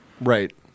Right